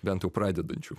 bent jau pradedančių